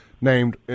named